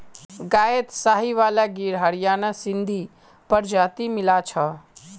गायत साहीवाल गिर हरियाणा सिंधी प्रजाति मिला छ